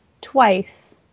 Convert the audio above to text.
twice